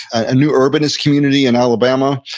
a new urbanist community in alabama,